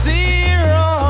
Zero